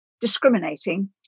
discriminating